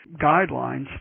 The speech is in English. guidelines